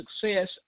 success